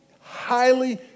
highly